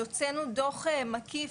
הוצאנו דוח מקיף,